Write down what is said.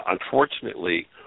unfortunately